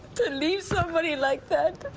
leaves somebody like that